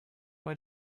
what